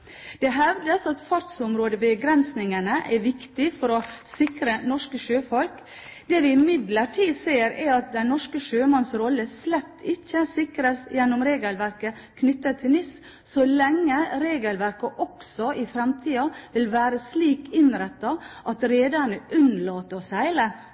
Det hevdes at fartsområdebegrensningene er viktige for å sikre norske sjøfolk. Det vi imidlertid ser, er at den norske sjømanns rolle slett ikke sikres gjennom regelverket knyttet til NIS, så lenge regelverket også i fremtiden vil være slik innrettet at rederne unnlater å seile